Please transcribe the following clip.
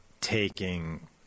taking